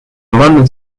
london